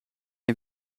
een